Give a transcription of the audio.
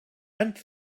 and